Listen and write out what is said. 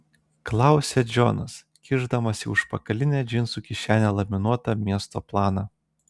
klausia džonas kišdamas į užpakalinę džinsų kišenę laminuotą miesto planą